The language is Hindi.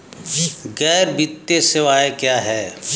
गैर वित्तीय सेवाएं क्या हैं?